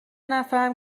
نفرم